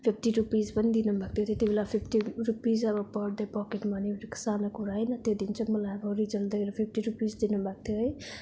fifty rupees पनि दिनु भएको थियो त्यति बेला फिफ्टी रुपिज अब पर डे पकेट मनी अलिक सानो कुरा होइन त्यो दिन चाहिँ मलाई अब रिजल्ट देखेर फिफ्टी रुपिस दिनु भएको थियो है